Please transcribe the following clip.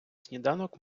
сніданок